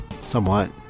Somewhat